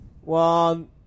one